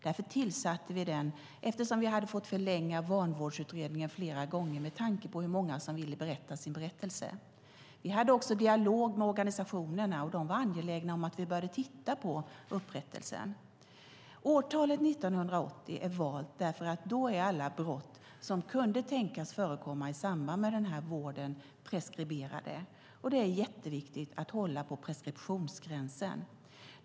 Därför tillsatte vi den utredningen, eftersom vi hade fått förlänga Vanvårdsutredningen flera gånger med tanke på hur många som ville berätta sin berättelse. Vi hade också dialog med organisationerna, och de var angelägna om att vi började titta på upprättelsen. Årtalet 1980 är valt därför att alla brott som kunde tänkas förekomma i samband med den här vården då är preskriberade. Det är jätteviktigt att hålla på preskriptionsgränsen.